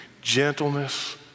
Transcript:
gentleness